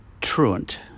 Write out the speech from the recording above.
truant